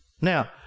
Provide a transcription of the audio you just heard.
Now